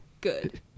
good